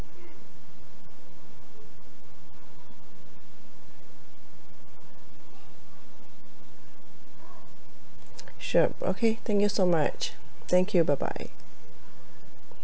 sure okay thank you so much thank you bye bye